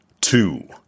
two